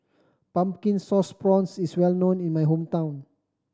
Pumpkin Sauce Prawns is well known in my hometown